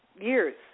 years